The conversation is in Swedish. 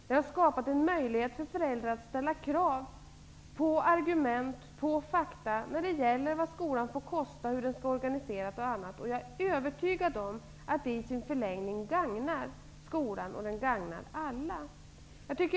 Det har skapat en möjlighet för föräldrar att ställa krav på argument och fakta, när det gäller vad skolan får kosta, hur den skall vara organiserad och annat. Jag är övertygad om att det i sin förlängning gagnar skolan och att det gagnar alla.